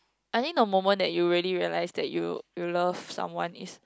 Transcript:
I think the moment that you really realized that you you loved someone is